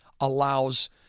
allows